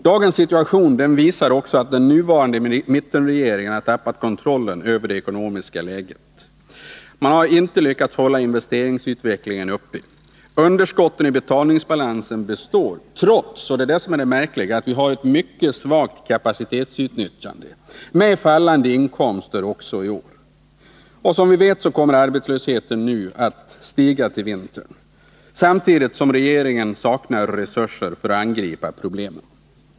Dagens situation visar också att den nuvarande mittenregeringen har tappat kontrollen över det ekonomiska läget. Man har inte lyckats hålla investeringsutvecklingen uppe. Underskotten i betalningsbalansen består trots — det är det som är märkligt — att vi har ett mycket svagt kapacitetsutnyttjande med fallande inkomster också i år. Som vi vet kommer arbetslösheten att stiga till vintern samtidigt som regeringen saknar resurser för att angripa problemen.